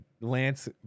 Lance